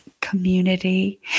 community